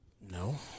No